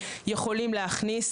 יכולים להכניס,